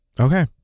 Okay